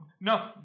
no